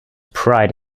pride